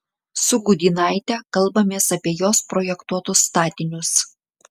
su gudynaite kalbamės apie jos projektuotus statinius